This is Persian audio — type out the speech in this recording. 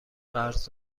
قرض